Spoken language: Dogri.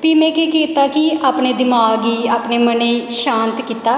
ना फ्ही में केह् कीता कि अपने दिमाग गी मनै'गी शांत कीता